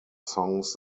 songs